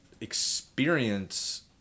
experience